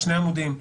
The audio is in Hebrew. שני עמודים,